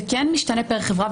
זה כן משתנה פר חברה,